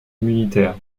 immunitaire